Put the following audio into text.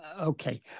Okay